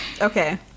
Okay